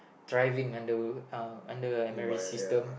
thriving under uh under Emery system